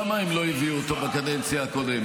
למה הם לא הביאו אותו בקדנציה הקודמת,